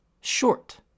short